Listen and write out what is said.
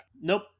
nope